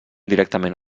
directament